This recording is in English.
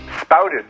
spouted